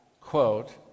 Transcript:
quote